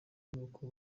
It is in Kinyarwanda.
n’uko